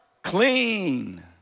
Clean